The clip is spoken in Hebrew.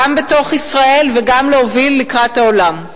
גם בתוך ישראל וגם להוביל לקראת העולם.